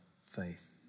faith